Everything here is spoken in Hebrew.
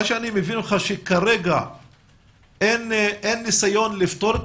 אני מבין ממך שכרגע אין ניסיון לפתור את